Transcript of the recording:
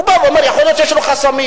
באים ואומרים: יכול להיות שיש לו חסמים.